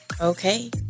Okay